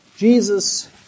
Jesus